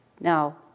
Now